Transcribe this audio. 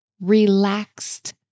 relaxed